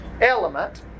element